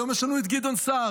היום יש לנו את גדעון סער.